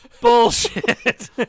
bullshit